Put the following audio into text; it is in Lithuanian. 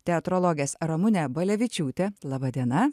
teatrologės ramunė balevičiūtė laba diena